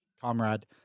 comrade